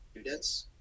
students